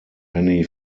many